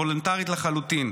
וולונטרית לחלוטין.